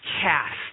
cast